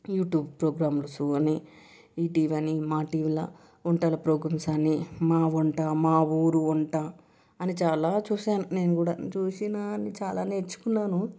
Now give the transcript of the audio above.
YouTube programmes అని ఈటీవీ అని మాటీవీలో వంటల ప్రోగ్రామ్స్ అని మా వంట మా ఊరి వంట అని చాలా చూసాను నేను కూడా చూసి నేను చాలా నేర్చుకున్నాను